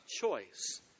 choice